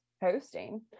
hosting